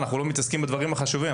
אנחנו לא מתעסקים בדברים החשובים.